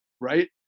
right